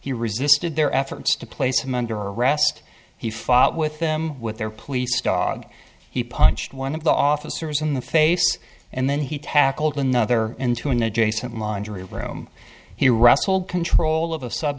he resisted their efforts to place him under arrest he fought with them with their police dog he punched one of the officers in the face and then he tackled another into an adjacent laundry room he wrestled control of a su